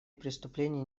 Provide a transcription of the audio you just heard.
преступлений